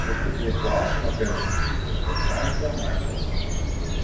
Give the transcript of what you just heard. paskutinį klausimą benetas uždavė apie čarlzą maikelsoną